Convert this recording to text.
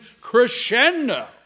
crescendo